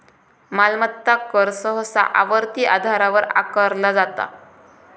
मालमत्ता कर सहसा आवर्ती आधारावर आकारला जाता